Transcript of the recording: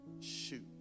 Shoot